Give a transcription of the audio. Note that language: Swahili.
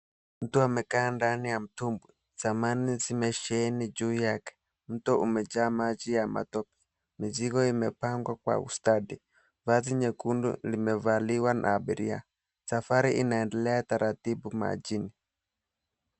Mtu amekaa ndani ya mtumbwi, samani zimesheheni juu yake, mto umejaa maji ya matope, mizigo imepangwa kwa ustadi, vazi nyekundu limevaliwa na abiria, safari inaendelea taratibu majini.